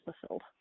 fulfilled